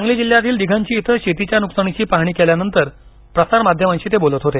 सांगली जिल्ह्यातील दिघंची इथं शेतीच्या नुकसानीची पाहणी केल्यानंतर प्रसार माध्यमांशी ते बोलत होते